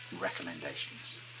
Recommendations